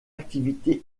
activité